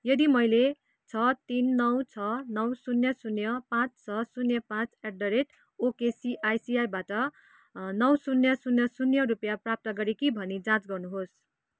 यदि मैले छ तिन नौ छ नौ शून्य शून्य पाँच छ शून्य पाँच एट द रेट ओकेसिआइसिआईबाट नौ शून्य शून्य शून्य रुपैयाँ प्राप्त गरेँ कि भनी जाँच गर्नुहोस्